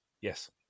Yes